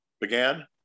began